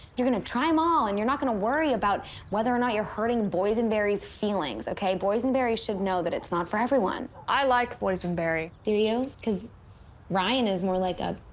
you're gonna try em all, and you're not gonna worry about whether or not you're hurting boysenberry's feelings, okay? boysenberry should know that it's not for everyone. i like boysenberry do you? cause ryan is more like a.